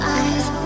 eyes